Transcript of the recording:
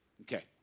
Okay